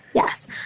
yes.